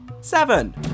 Seven